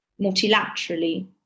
multilaterally